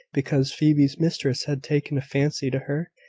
because phoebe's mistress had taken a fancy to her,